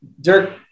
Dirk